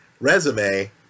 resume